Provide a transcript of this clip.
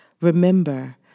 Remember